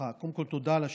קודם כול, תודה על השאלה.